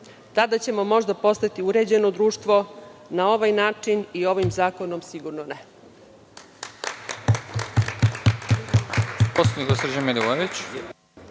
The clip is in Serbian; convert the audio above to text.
Tada ćemo možda postati uređeno društvo, na ovaj način i ovim zakonom sigurno ne.